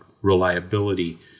reliability